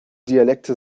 dialekte